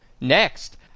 Next